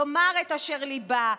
לומר את אשר בליבה,